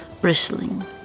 bristling